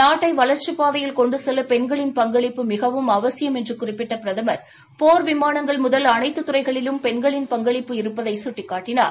நாட்டை வளர்ச்சிப் பாதையில் கொண்டு செல்ல பெண்களின் பங்களிப்பு மிகவும் அவசியம் என்று குறிப்பிட்ட பிரதம் போர் விமானங்கள் முதல் அனைத்து துறைகளிலும் பெண்களின் பங்களிப்பு இருப்பதை சுட்டிக்காட்டினார்